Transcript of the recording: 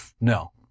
no